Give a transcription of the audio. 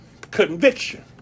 Conviction